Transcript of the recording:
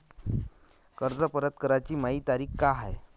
कर्ज परत कराची मायी तारीख का हाय?